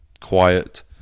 quiet